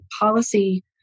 policy